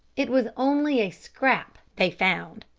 it was only a scrap they found,